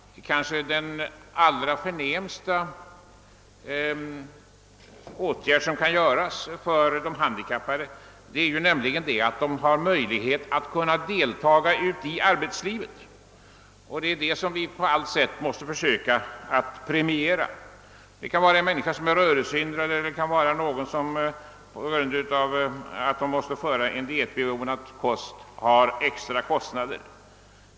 Den förnämsta åtgärd som kan vidtas för de handikappade är att ge dem möjlighet att kunna delta i arbetslivet. Detta måste vi på allt sätt försöka att premiera. Det kan vara fråga om en människa som är rörelsehindrad eller någon som behöver ha dietkost, varigenom de åsamkas extra kostnader.